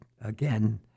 again